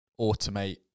automate